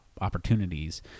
opportunities